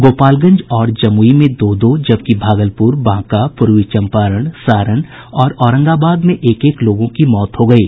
गोपालगंज और जमुई में दो दो जबकि भागलपुर बांका पूर्वी चंपारण सारण और औरंगाबाद में एक एक लोगों की मौत हो गयी